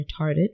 retarded